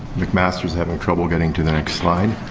mcmaster's having trouble getting to the next slide.